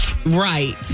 Right